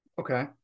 okay